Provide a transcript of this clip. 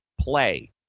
play